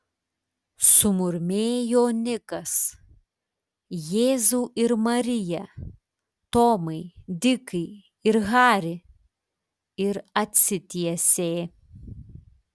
sumurmėjo nikas jėzau ir marija tomai dikai ir hari ir atsitiesė